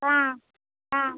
ஆ ஆ